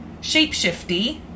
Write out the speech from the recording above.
Shapeshifty